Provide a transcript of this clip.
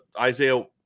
Isaiah